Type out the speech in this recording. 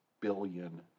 billion